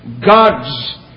God's